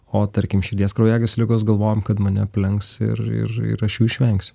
o tarkim širdies kraujagyslių ligos galvojam kad mane aplenks ir ir ir aš jų išvengsiu